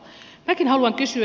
minäkin haluan kysyä